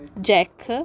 Jack